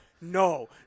no